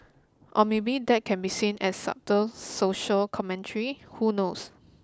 or maybe that can be seen as subtle social commentary who knows